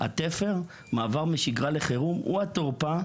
התפר שבין מעבר משגרה לחירום הוא התורפה,